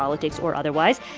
politics or otherwise.